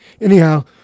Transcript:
Anyhow